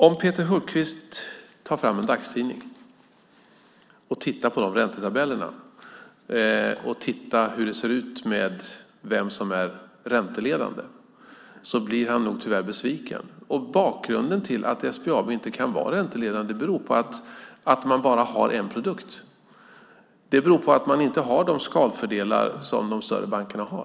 Om Peter Hultqvist tar fram en dagstidning, tittar på räntetabellerna och ser vem som är ränteledande blir han nog tyvärr besviken. Bakgrunden till att SBAB inte kan vara ränteledande är att man bara har en produkt. Man har inte de skalfördelare som de större bankerna har.